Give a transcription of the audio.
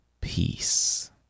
peace